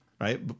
Right